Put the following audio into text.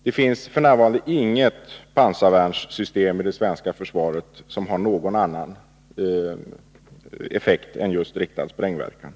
Det finns f. n. inget pansarvärnssystem i det svenska försvaret som har någon annan effekt än just riktad sprängverkan.